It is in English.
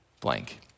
blank